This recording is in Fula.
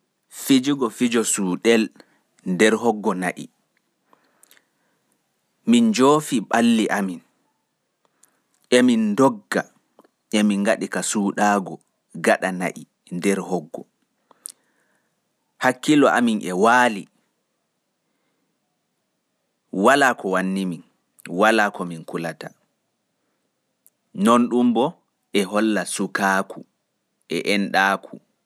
Fijugo jijo suuɗel jemma nder hoggo na'I. min njoofi ɓalli e min ndogga, min ngaɗi ka suuɗaki gaɗa na'I hakkiilo amin e wali.ni ɗun e holla sukaaku.